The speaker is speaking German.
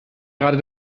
gerade